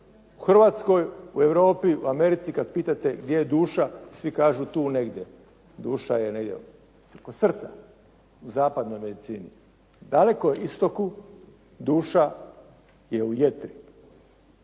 U Hrvatskoj, u Europi, u Americi kad pitate gdje je duša svi kažu tu negdje. Duša je kod srca u zapadnoj medicini. U Dalekom Istoku duša je u jetri,